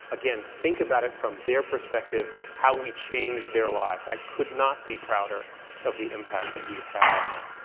again, think about it from their perspective, how we changed their lives. i could not be prouder of the impact that we have had on that.